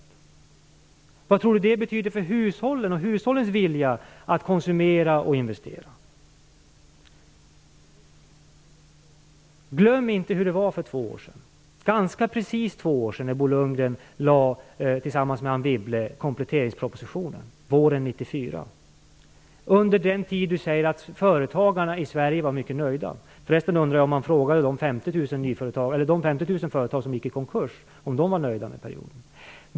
Vad tror Bo Lundgren att det betyder för hushållen och för hushållens vilja att konsumera och investera? Glöm inte hur det var för två år sedan! För ganska precis två år sedan, våren 1994, lade Bo Lundgren tillsammans med Anne Wibble fram kompletteringspropositionen. Det var under den tid då du säger att företagarna i Sverige var mycket nöjda. Jag undrar förresten om man har frågat de 50 000 företag som gick i konkurs under denna period om de var nöjda.